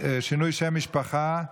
שינוי שם משפחה),